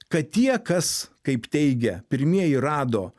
kad tie kas kaip teigia pirmieji rado